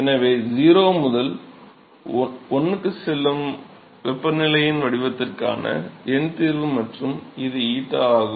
எனவே 0 முதல் 1 க்கு செல்லும் வெப்பநிலையின் வடிவத்திற்கான எண் தீர்வு மற்றும் இது 𝞰 ஆகும்